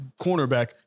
cornerback